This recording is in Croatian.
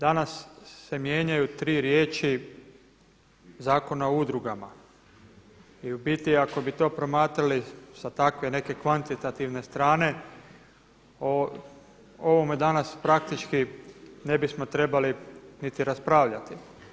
Danas se mijenjaju tri riječi Zakona o udrugama i u biti ako bi to promatrali sa takve nekakve kvantitativne strane o ovome danas praktički ne bismo trebali niti raspravljati.